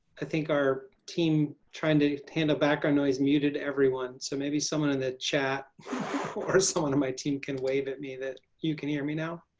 i think our team trying to handle background noise muted everyone, so maybe someone in the chat or someone on my team, can wave at me that you can hear me now?